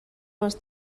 les